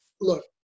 Look